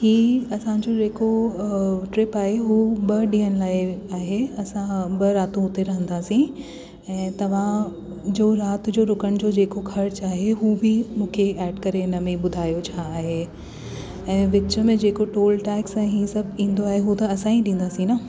ही असांजो जेको ट्रिप आए हो ॿ ॾीअनि लाए आहे असां ॿ रातू हुते रहंदासी ऐं तवां जो राति जो रूकण जो जेको खर्च आहे हू बि मुखे एड करे हिन में ॿुधायो छा आहे ऐं विच में जेको टोल टैक्स ऐं इहे सभु ईंदो आहे उहे त असां ई ॾींदासीं न